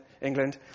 England